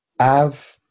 Av